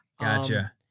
Gotcha